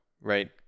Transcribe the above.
right